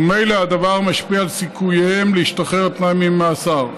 וממילא הדבר משפיע על סיכוייהם להשתחרר על תנאי מהמאסר.